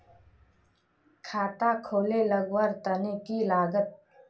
खाता खोले लगवार तने की लागत?